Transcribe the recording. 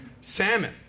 Salmon